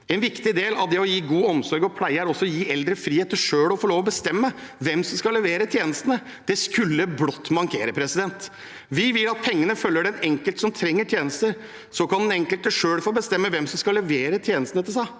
En viktig del av det å gi god omsorg og pleie er også å gi eldre frihet til selv å få lov til å bestemme hvem som skal levere tjenestene. Det skulle blott mangle. Vi vil at pengene følger den enkelte som trenger tjenester, så kan den enkelte selv få bestemme hvem som skal levere tjenestene til seg.